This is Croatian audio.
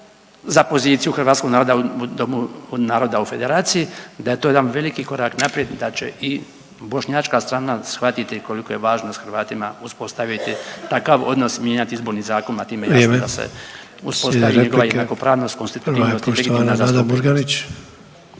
za poziciju hrvatskog naroda u Domu naroda u Federaciji, da je to jedan veliki korak naprijed, da će i bošnjačka strana shvatiti koliko je važnost Hrvatima uspostaviti takav odnos, mijenjati Izborni zakon a time … …/Upadica Sanader: Vrijeme./… … i jasno da se uspostavi i njegova jednakopravnost, konstitutivnost i legitimna zastupljenost.